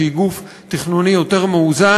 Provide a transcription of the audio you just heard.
שהיא גוף תכנוני יותר מאוזן.